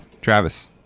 Travis